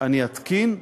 אני אתקין.